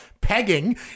pegging